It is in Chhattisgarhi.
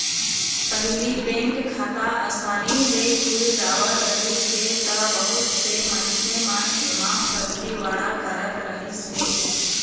पहिली बेंक खाता असानी ले खुल जावत रहिस हे त बहुत से मनखे मन एमा फरजीवाड़ा करत रहिस हे